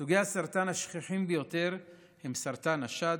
סוגי הסרטן השכיחים ביותר הם סרטן השד,